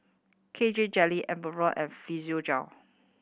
K J Jelly Enervon and Physiogel